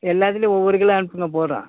எல்லாத்துலேயும் ஒவ்வொரு கிலோ அனுப்புங்கள் போதும்